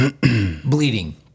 bleeding